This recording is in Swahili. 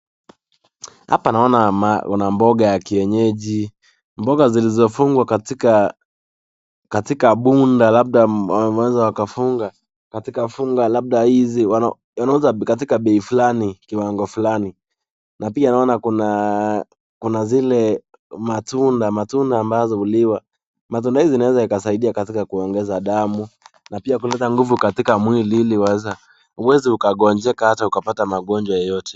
Hapa naona maboga ya kienyeji. Mboga zilizofungwa katika katika bunda labda wameweza wakafunga katika funga labda hizi wanauza katika bei fulani, kiwango fulani. Na pia naona kuna kuna zile matunda, matunda ambazo uliwa. Matunda hizi inaweza ikasaidia katika kuongeza damu na pia kuongeza nguvu katika mwili ili uweze usiweze kuugonjeka hata kupata magonjwa yoyote.